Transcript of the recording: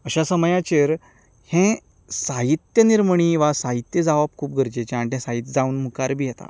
अशा समयाचेर हें साहित्य निर्मणी वा साहित्य जावप खूब गरजेचें आनी तें साहित्य जावन मुखार बी येता